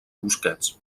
busquets